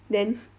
then